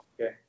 okay